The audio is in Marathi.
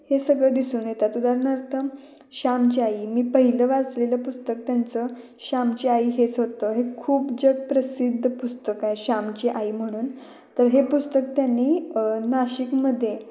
हे सगळे दिसून येतात उदाहरणार्थ श्यामची आई मी पहिलं वाचलेलं पुस्तक त्यांचं श्यामची आई हेच होतं हे खूप जगप्रसिद्ध पुस्तक आहे श्यामची आई म्हणून तर हे पुस्तक त्यांनी नाशिकमध्ये